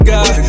God